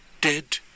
dead